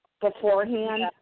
beforehand